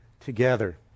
together